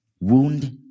wound